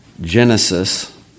Genesis